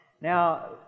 Now